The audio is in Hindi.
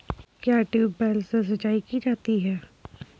क्या ट्यूबवेल से सिंचाई की जाती है?